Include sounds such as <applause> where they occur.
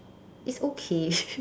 it's okay <laughs>